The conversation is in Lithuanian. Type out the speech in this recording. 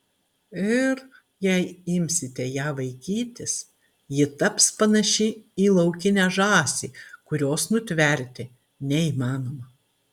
ir jei imsite ją vaikytis ji taps panaši į laukinę žąsį kurios nutverti neįmanoma